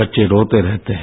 बच्चे रोते रहते हैं